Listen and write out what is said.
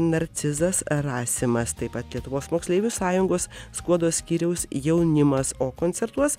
narcizas rasimas taip pat lietuvos moksleivių sąjungos skuodo skyriaus jaunimas o koncertuos